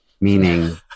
meaning